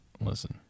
Listen